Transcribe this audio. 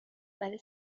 برای